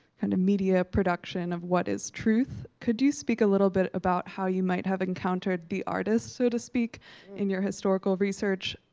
kind of media production of what is truth. could you speak a little bit about how you might have encountered the artist, so to speak in your historical research?